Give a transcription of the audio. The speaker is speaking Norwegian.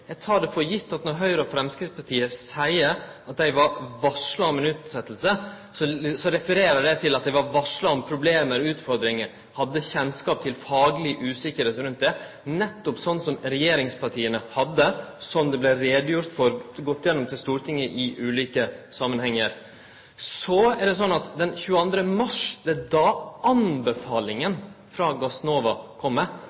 Eg tek det for gitt at når Høgre og Framstegspartiet seier at dei var varsla om ei utsetjing, refererer dei til at dei var varsla om problem, utfordringar, og hadde kjennskap til fagleg usikkerheit rundt det, nettopp slik regjeringspartia hadde, som det vart gjort greie for var gått gjennom til Stortinget i ulike samanhengar. 22. mars kom anbefalinga frå Gassnova. Det er etter det at